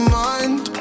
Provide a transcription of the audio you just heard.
mind